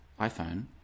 iphone